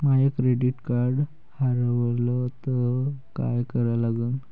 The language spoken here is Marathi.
माय क्रेडिट कार्ड हारवलं तर काय करा लागन?